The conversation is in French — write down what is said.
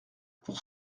pour